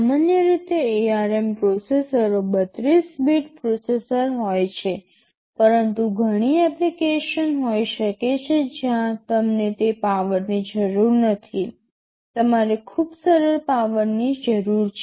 સામાન્ય રીતે ARM પ્રોસેસરો 32 બીટ પ્રોસેસર હોય છે પરંતુ ઘણી એપ્લિકેશન હોઈ શકે છે જ્યાં તમને તે પાવરની જરૂર નથી તમારે ખૂબ સરળ પાવરની જરૂર છે